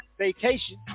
Vacation